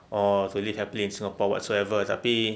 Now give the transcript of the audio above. or to live happily in singapore whatsoever tapi